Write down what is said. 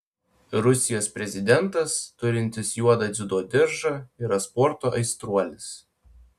rusijos prezidentas turintis juodą dziudo diržą yra sporto aistruolis